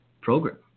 program